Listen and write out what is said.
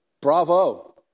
bravo